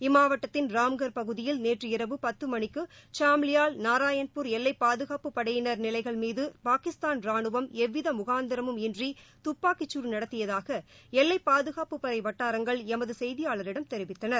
இம்மாவட்டத்தின் ராம்கர் பகுதியில் நேற்று இரவு பத்து மணிக்கு சாம்லியால் நாராயண்பூர் எல்லைப்பாதகாப்பு படையினர் நிலைகள் மீது பாகிஸ்தான் ரானுவம் எவ்வித முகாந்திரமும் இன்றி துப்பாக்கிச்சசூடு நடத்தியதாக எல்லைப் பாதுகாப்புப்படை வட்டாரங்கள் எமது செய்தியாளரிடம் தெரிவித்தனர்